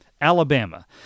Alabama